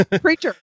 preacher